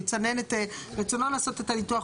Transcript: יצנן את רצונו לעשות את הניתוח.